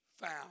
found